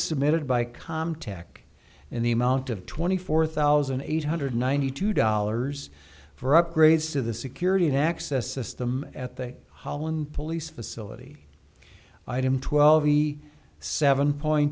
submitted by com tech in the amount of twenty four thousand eight hundred ninety two dollars for upgrades to the security and access system at the holland police facility item twelve e seven point